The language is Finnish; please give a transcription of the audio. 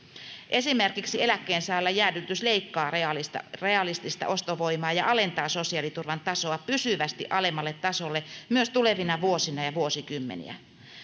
esimerkiksi eläkkeensaajalla jäädytys leikkaa realistista realistista ostovoimaa ja alentaa sosiaaliturvan tasoa pysyvästi alemmalle tasolle myös tulevina vuosina ja vuosikymmeniä